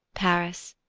paris,